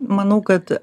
manau kad